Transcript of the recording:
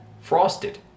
Frosted